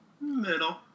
Middle